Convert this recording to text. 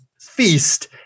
feast